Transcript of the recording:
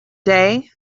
day